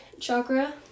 chakra